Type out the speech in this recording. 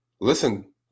listen